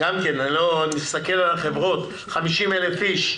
אני מסתכל על החברות, 50,000 איש.